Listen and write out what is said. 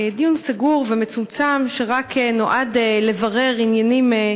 דיון סגור ומצומצם שנועד רק לברר עניינים: